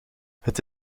het